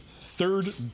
third